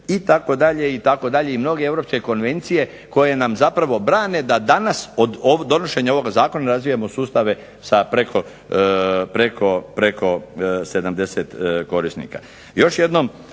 itd., itd., i mnoge europske konvencije koje nam zapravo brane da danas od donošenja ovoga zakona razvijamo sustave sa preko 70 korisnika.